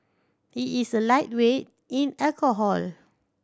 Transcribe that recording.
he is a lightweight in alcohol